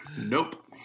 nope